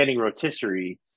rotisserie